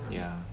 ya